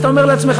אז אתה אומר לעצמך: